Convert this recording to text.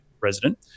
resident